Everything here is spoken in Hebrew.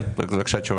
בבקשה תשובה.